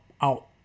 out